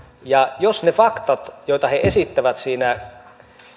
ja jos ne faktat joita he esittävät siinä